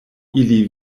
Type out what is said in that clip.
ili